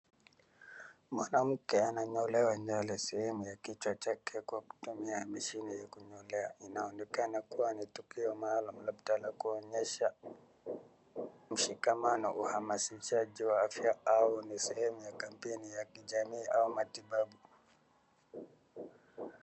Mwanamke ananyolewa nywele sehemu ya kichwa chake kwa kutumia mashine ya kunyolea. Inaonekana kuwa ni tukio maalum labda la kuonyesha mshikamano, uhamashishaji wa afya au ni sehemu ya kampeni ya kijamii au matibabu.